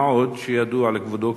מה עוד שידוע לכבודו,